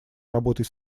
работой